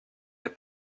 des